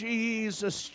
Jesus